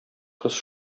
кыз